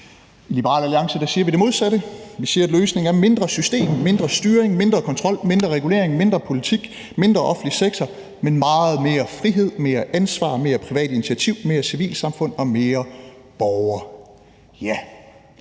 I Liberal Alliance siger vi det modsatte. Vi siger, at løsningen er mindre system, mindre styring, mindre kontrol, mindre regulering, mindre politik, mindre offentlig sektor, men meget mere frihed, mere ansvar, mere privat initiativ, mere civilsamfund og mere fokus på